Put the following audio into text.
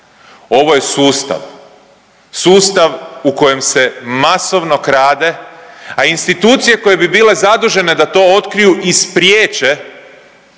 Ovo je sustav, sustav u kojem se masovno krade, a institucije koje bi bile zadužene da to otkriju i spriječe